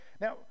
Now